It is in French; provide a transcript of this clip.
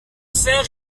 faire